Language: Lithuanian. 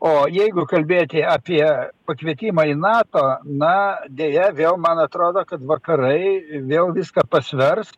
o jeigu kalbėti apie pakvietimą į nato na deja vėl man atrodo kad vakarai vėl viską pasvers